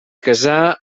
casà